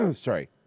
Sorry